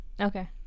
okay